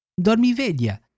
Dormivedia